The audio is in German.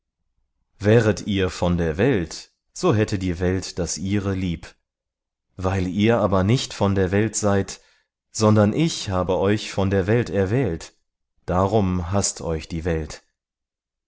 wäret ihr von der welt so hätte die welt das ihre lieb weil ihr aber nicht von der welt seid sondern ich habe euch von der welt erwählt darum haßt euch die welt